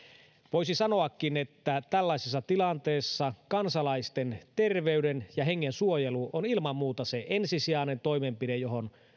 voisi sanoakin että tällaisessa tilanteessa kansalaisten terveyden ja hengen suojelu on ilman muuta se ensisijainen toimenpide johon